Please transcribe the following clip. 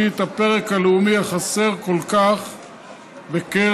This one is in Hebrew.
את הפרק הלאומי החסר כל כך בחוקי-היסוד.